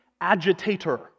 agitator